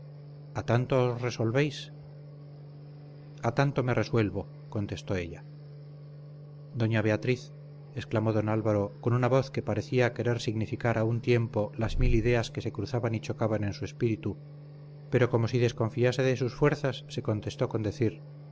a tanto os resolvéis a tanto me resuelvo contestó ella doña beatriz exclamó don álvaro con una voz que parecía querer significar a un tiempo las mil ideas que se cruzaban y chocaban en su espíritu pero como si desconfiase de sus fuerzas se contentó con decir